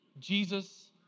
Jesus